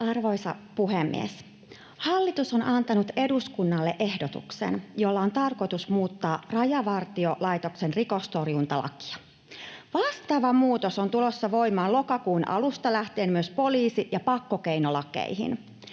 Arvoisa puhemies! Hallitus on antanut eduskunnalle ehdotuksen, jolla on tarkoitus muuttaa Rajavartiolaitoksen rikostorjuntalakia. Vastaava muutos on tulossa voimaan lokakuun alusta lähtien myös poliisi- ja pakkokeinolakeihin.